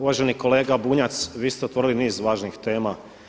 Uvaženi kolega Bunjac, vi ste otvorili niz važnih tema.